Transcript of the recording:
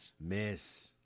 Miss